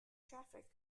traffic